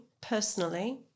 personally